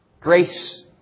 Grace